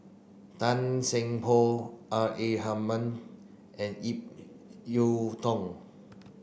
Tan Seng Poh R A Hamid and Ip Yiu Tung